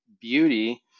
beauty